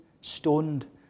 stoned